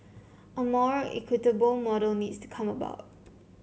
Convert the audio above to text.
a more equitable model needs to come about